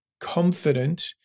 confident